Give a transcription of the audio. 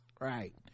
right